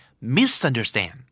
misunderstand